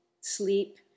sleep